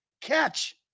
catch